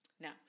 Now